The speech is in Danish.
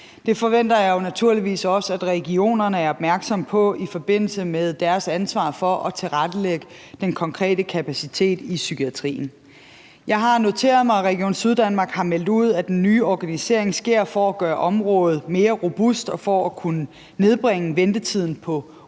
Det forventer jeg naturligvis også at regionerne er opmærksomme på i forbindelse med deres ansvar for at tilrettelægge den konkrete kapacitet i psykiatrien. Jeg har noteret mig, at Region Syddanmark har meldt ud, at den nye organisering sker for at gøre området mere robust og for at kunne nedbringe ventetiden på udredning